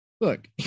look